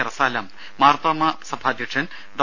റസാലം മാർതോമാ സഭാധ്യക്ഷൻ ഡോ